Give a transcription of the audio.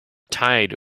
tide